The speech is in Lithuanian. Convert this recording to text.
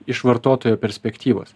iš vartotojo perspektyvos